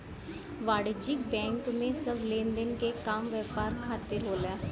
वाणिज्यिक बैंक में सब लेनदेन के काम व्यापार खातिर होला